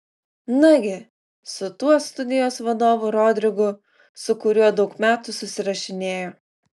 nagi su tuo studijos vadovu rodrigu su kuriuo daug metų susirašinėjo